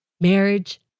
marriage